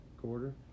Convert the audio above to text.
quarter